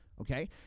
okay